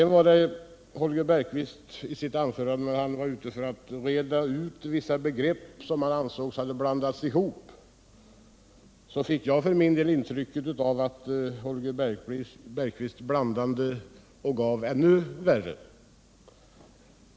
När Holger Bergqvist i sitt anförande försökte reda ut vissa begrepp som han ansåg hade blivit ihopblandade, fick jag för min del intrycket att han blandade och gav ännu värre.